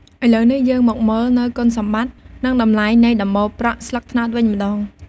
ឥឡូវនេះយើងមកមើលនូវគុណសម្បត្តិ និងតម្លៃនៃដំបូលប្រក់ស្លឹកត្នោតវិញម្តង។